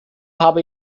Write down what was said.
habe